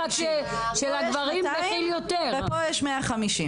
בגלל שזה ארוז מאוד יפה ויש לזה מיתוג מדליק.